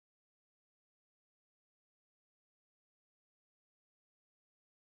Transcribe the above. uh I think judging from the queue that I saw on like Xiaxue's Insta story it was very crowded